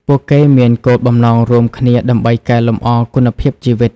ពួកគេមានគោលបំណងរួមគ្នាដើម្បីកែលម្អគុណភាពជីវិត។